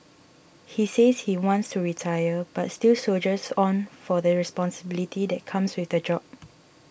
he says he wants to retire but still soldiers on for the responsibility that comes with the job